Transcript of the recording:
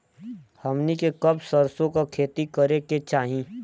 हमनी के कब सरसो क खेती करे के चाही?